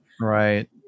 Right